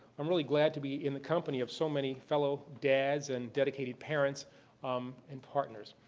i'm really glad to be in the company of so many fellow dads and dedicated parents um and partners.